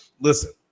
listen